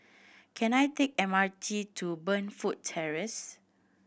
can I take M R T to Burnfoot Terrace